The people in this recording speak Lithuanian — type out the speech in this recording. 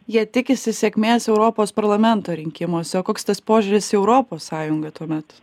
jie tikisi sėkmės europos parlamento rinkimuose o koks tas požiūris į europos sąjungą tuomet